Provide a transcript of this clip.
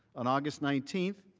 on august nineteenth,